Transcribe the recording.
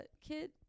kid